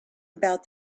about